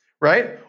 right